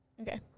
Okay